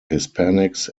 hispanics